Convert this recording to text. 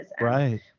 Right